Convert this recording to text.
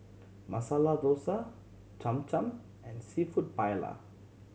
Masala Dosa Cham Cham and Seafood Paella